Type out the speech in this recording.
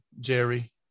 Jerry